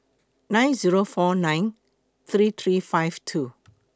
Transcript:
nine Zero four nine three three five two